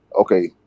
okay